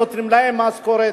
נותנים להם משכורת.